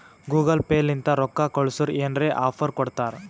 Google Pay ಲಿಂತ ರೊಕ್ಕಾ ಕಳ್ಸುರ್ ಏನ್ರೆ ಆಫರ್ ಕೊಡ್ತಾರ್